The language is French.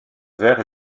vert